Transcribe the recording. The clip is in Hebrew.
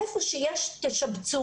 איפה שיש תשבצו.